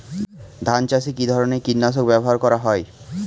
ধান চাষে কী ধরনের কীট নাশক ব্যাবহার করা হয়?